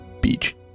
Beach